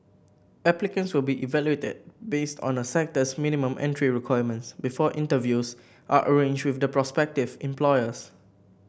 applicants will be evaluated based on a sector's minimum entry requirements before interviews are arranged with the prospective employers